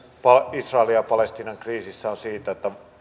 israelin ja palestiinan kriisissä on siitä että